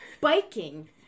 biking